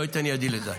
לא אתן ידי לזה.